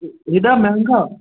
हेॾा महांगा